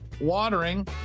Watering